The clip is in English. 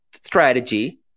strategy